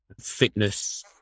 fitness